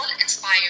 inspired